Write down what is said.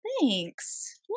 Thanks